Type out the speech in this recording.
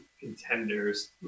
contenders